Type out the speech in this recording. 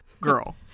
Girl